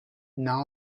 now